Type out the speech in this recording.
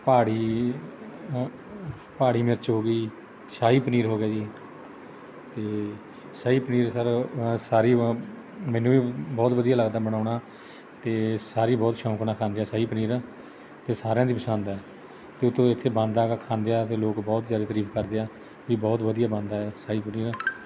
ਪਹਾੜੀ ਪਹਾੜੀ ਮਿਰਚ ਹੋ ਗਈ ਸ਼ਾਹੀ ਪਨੀਰ ਹੋ ਗਿਆ ਜੀ ਅਤੇ ਸ਼ਾਹੀ ਪਨੀਰ ਸਰ ਅ ਸਾਰੇ ਅ ਮੈਨੂੰ ਵੀ ਬਹੁਤ ਵਧੀਆ ਲੱਗਦਾ ਬਣਾਉਣਾ ਅਤੇ ਸਾਰੇ ਹੀ ਬਹੁਤ ਸ਼ੌਂਕ ਨਾਲ ਖਾਂਦੇ ਆ ਸ਼ਾਹੀ ਪਨੀਰ ਅਤੇ ਸਾਰਿਆਂ ਦੀ ਪਸੰਦ ਹੈ ਅਤੇ ਉਤੋਂ ਇੱਥੇ ਬਣਦਾ ਹੈਗਾ ਖਾਂਦੇ ਆ ਅਤੇ ਲੋਕ ਬਹੁਤ ਜ਼ਿਆਦਾ ਤਰੀਫ ਕਰਦੇ ਆ ਵੀ ਬਹੁਤ ਵਧੀਆ ਬਣਦਾ ਸ਼ਾਹੀ ਪਨੀਰ